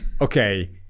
okay